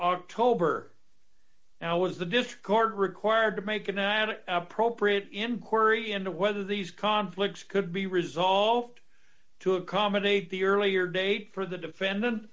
october now was that this court required to make an addict appropriate inquiry into whether these conflicts could be resolved to accommodate the earlier date for the defendant